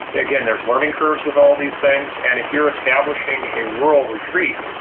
again, there's learning curves with all these things, and if you're establishing a rural retreat,